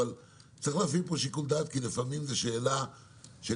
צריך להפעיל פה שיקול דעת כי לפעמים זאת שאלה של